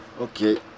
okay